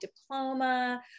diploma